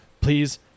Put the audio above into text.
Please